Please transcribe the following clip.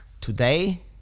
today